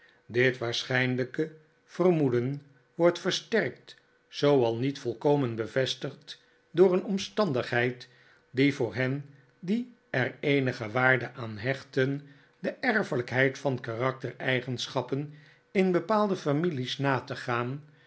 dit waarschijnlijke vermoeden wordt versterkt zoo al niet volkomen bevestigd door een omstandigheid die voor hen die er eenige waarde aan hechten de erfelijkheid van karaktereigenschappen in bepaalde families na te gaan